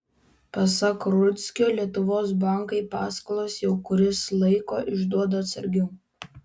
pasak rudzkio lietuvos bankai paskolas jau kuris laiko išduoda atsargiau